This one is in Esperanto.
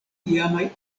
iamaj